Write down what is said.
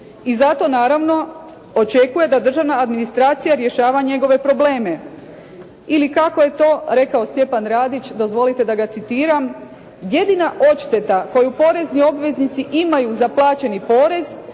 i zato naravno očekuje da državna administracija rješava njegove probleme ili kako je to rekao Stjepan Radić dozvolite da ga citiram: "Jedina odšteta koju porezni obveznici imaju za plaćeni porez,